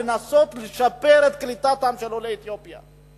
לנסות לשפר את קליטתם של עולי אתיופיה.